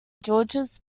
georges